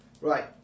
Right